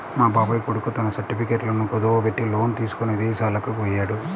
మా బాబాయ్ కొడుకు తన సర్టిఫికెట్లను కుదువబెట్టి లోను తీసుకొని ఇదేశాలకు పొయ్యాడు